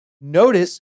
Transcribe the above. Notice